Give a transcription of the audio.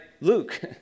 Luke